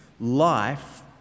life